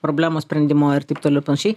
problemos sprendimo ir taip toliau ir panašiai